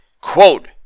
quote